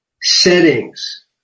settings